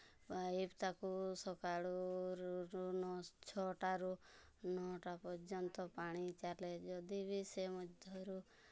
pipe ତାକୁ ସକାଳୁ ରୁ ନୁ ଛଅଟାରୁ ନଅଟା ପର୍ଯ୍ୟନ୍ତ ପାଣି ଚାଲେ ଯଦି ବି ସେ ମଧ୍ୟରୁ